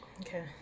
Okay